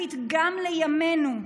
שרלוונטית גם לימינו: